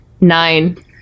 Nine